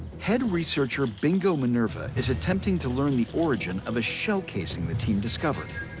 head researcher bingo minerva is attempting to learn the origin of a shell casing the team discovered,